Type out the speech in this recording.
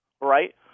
right